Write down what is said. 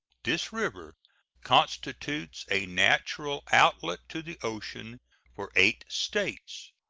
this river constitutes a natural outlet to the ocean for eight states,